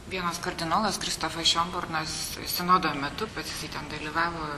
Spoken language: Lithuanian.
vienas kardinolas kristofas šiombornas sinodo metu pats jisai ten dalyvavo